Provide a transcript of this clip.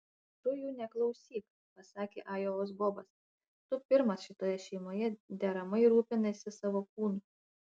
tu jų neklausyk pasakė ajovos bobas tu pirmas šitoje šeimoje deramai rūpiniesi savo kūnu